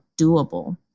doable